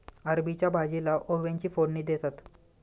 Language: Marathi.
अरबीच्या भाजीला ओव्याची फोडणी देतात